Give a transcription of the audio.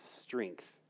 strength